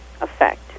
effect